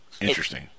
Interesting